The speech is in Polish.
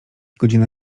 godzina